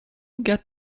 get